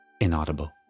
inaudible